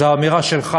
זו האמירה שלך,